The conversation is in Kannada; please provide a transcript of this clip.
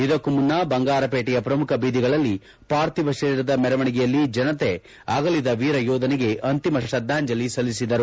ಇದಕ್ಕೊ ಮುನ್ನ ಬಂಗಾರಪೇಟೆಯ ಪ್ರಮುಖ ಬೀದಿಯಲ್ಲಿ ಪಾರ್ಥಿವ ಶರೀರದ ಮೆರವಣಿಗೆಯಲ್ಲಿ ಜನತೆ ಅಗಲಿದ ವೀರಯೋಧನಿಗೆ ಅಂತಿಮ ಶ್ರದ್ದಾಂಜಲಿ ಸಲ್ಲಿಸಿದರು